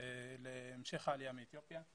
להמשך העלייה מאתיופיה.